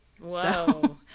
Whoa